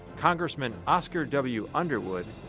congressman oscar w. underwood,